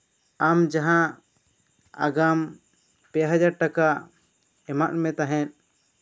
ᱟᱢ ᱡᱟᱦᱟᱸ ᱟᱜᱟᱢ ᱯᱮ ᱦᱟᱡᱟᱨ ᱴᱟᱠᱟ ᱮᱢᱟᱫ ᱢᱮ ᱛᱟᱦᱮᱸᱫ